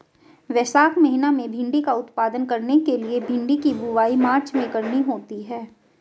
वैशाख महीना में भिण्डी का उत्पादन करने के लिए भिंडी की बुवाई मार्च में करनी होती है